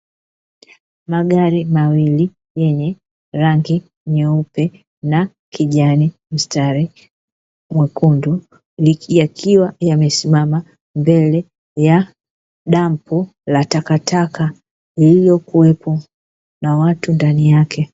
Magari mawili yenye rangi nyeupe na kijani, mstari mwekundu yakiwa yamesimama mbele ya dampo la takataka, lililokuwepo na watu ndani yake.